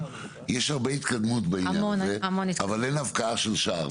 יש הרבה התקדמות בעניין, אבל אין הבקעה של שער.